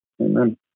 Amen